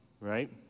right